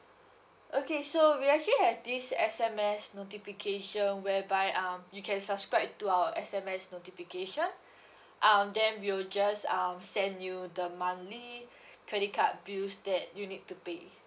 okay so we actually have this S_M_S notification whereby um you can subscribe to our S_M_S notification um then we will just um send you the monthly credit card bills that you need to pay